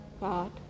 God